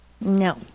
No